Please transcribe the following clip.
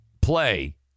play